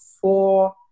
four